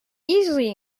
easily